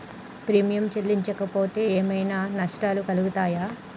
Premium చెల్లించకపోతే ఏమైనా నష్టాలు కలుగుతయా?